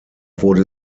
wurde